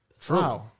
True